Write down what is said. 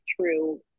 true